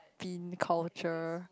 be in culture